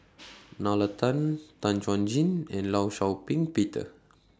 Nalla Tan Tan Chuan Jin and law Shau Ping Peter